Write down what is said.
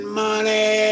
money